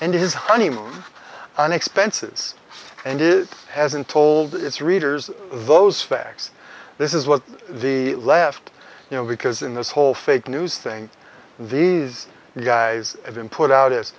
and his honeymoon on expenses and is hasn't told its readers those facts this is what the left you know because in this whole fake news thing these guys have been put out